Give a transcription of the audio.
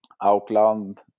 Auckland